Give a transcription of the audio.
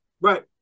Right